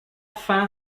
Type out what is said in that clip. fin